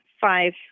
five